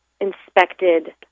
inspected